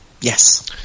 Yes